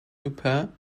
hooper